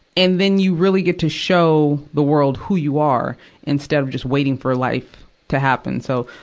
and then you really get to show the world who you are instead of just waiting for life to happen. so,